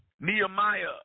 Nehemiah